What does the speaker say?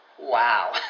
Wow